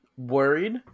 worried